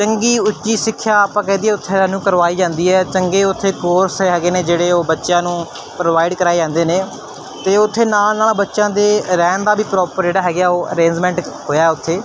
ਚੰਗੀ ਉੱਚੀ ਸਿੱਖਿਆ ਆਪਾਂ ਕਹਿ ਦਈਏ ਉੱਥੇ ਸਾਨੂੰ ਕਰਵਾਈ ਜਾਂਦੀ ਹੈ ਚੰਗੇ ਉੱਥੇ ਕੋਰਸ ਹੈਗੇ ਨੇ ਜਿਹੜੇ ਉਹ ਬੱਚਿਆਂ ਨੂੰ ਪ੍ਰੋਵਾਈਡ ਕਰਵਾਏ ਜਾਂਦੇ ਨੇ ਅਤੇ ਉੱਥੇ ਨਾਲ ਨਾਲ ਬੱਚਿਆਂ ਦੇ ਰਹਿਣ ਦਾ ਵੀ ਪ੍ਰੋਪਰ ਜਿਹੜਾ ਹੈਗਾ ਉਹ ਅਰੇਂਜਮੈਂਟ ਹੋਇਆ ਉੱਥੇ